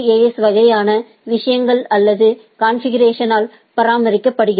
S வகையிலான விஷயங்கள் அல்லது கான்பிகிரேசன் ஆல் பராமரிக்கப்படுகிறது